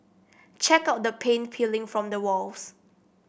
check out the paint peeling from the walls